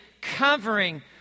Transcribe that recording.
covering